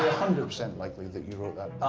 hundred percent likely that you wrote